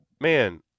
man